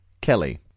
Kelly